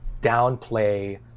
downplay